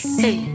hey